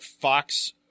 Fox